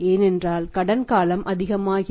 ஏனென்றால் கடன் காலம் அதிகமாகிறது